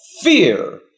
fear